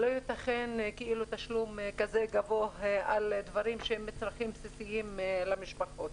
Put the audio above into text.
לא ייתכן תשלום גבוה על דברים שהם מצרכים בסיסיים למשפחות.